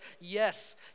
yes